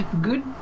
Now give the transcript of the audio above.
good